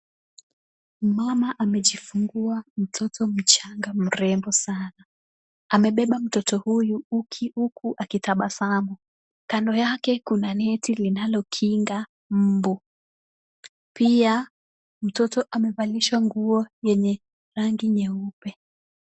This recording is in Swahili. Mama amejifungua mtoto mchanga mrembo sana. Amebeba mtoto huyu huku akitabasamu. Kando yake kuna neti linalokinga mbu. Pia, mtoto amevalishwa nguo yenye rangi nyeupe.